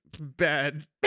bad